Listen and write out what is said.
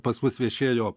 pas mus viešėjo